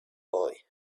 boy